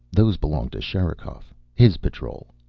those belong to sherikov. his patrol.